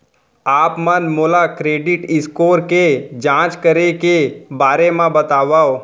आप मन मोला क्रेडिट स्कोर के जाँच करे के बारे म बतावव?